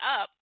up